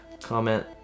Comment